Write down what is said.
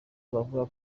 abavuga